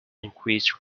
increased